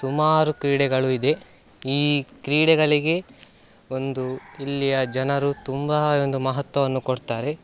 ಸುಮಾರು ಕ್ರೀಡೆಗಳು ಇದೆ ಈ ಕ್ರೀಡೆಗಳಿಗೆ ಒಂದು ಇಲ್ಲಿಯ ಜನರು ತುಂಬ ಒಂದು ಮಹತ್ವವನ್ನು ಕೊಡ್ತಾರೆ